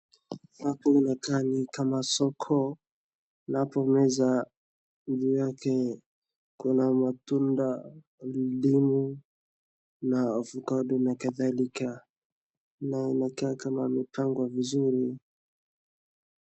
Hapo inakaa ni kama soko, na hapo meza juu yake kuna matunda, ndimu na avokado na kadhalika, na inakaa kama imepangwa vizuri.